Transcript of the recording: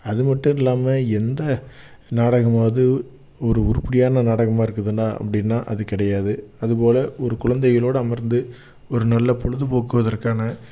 அது மட்டும் இல்லாமல் எந்த நாடகமாவது ஒரு உருப்படியான நாடகமாக இருக்குதுன்னா அப்படினா அது கிடையாது அதுபோல் ஒரு குழந்தைகளோட அமர்ந்து ஒரு நல்ல பொழுதுபோக்குவதற்கான